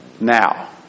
Now